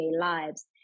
lives